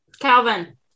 Calvin